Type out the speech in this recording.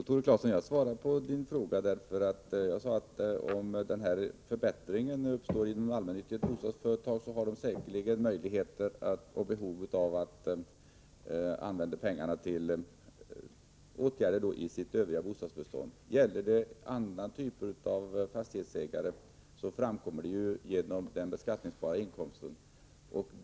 Fru talman! Jo, jag svarade på Tore Claesons fråga. Jag sade att om det uppstår en förbättring för de allmännyttiga bostadsföretagen, har dessa säkerligen möjligheter till och behov av att använda pengarna till åtgärder i sitt övriga bostadsbestånd. För andra typer av fastighetsägare visar sig förbättringen genom att den beskattningsbara inkomsten ökar och därmed också skatteintäkten för stat och kommun.